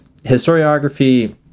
historiography